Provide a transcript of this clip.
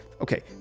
Okay